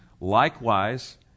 Likewise